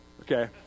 Okay